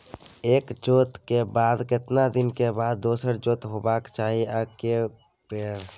एक जोत के बाद केतना दिन के बाद दोसर जोत होबाक चाही आ के बेर?